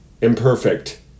imperfect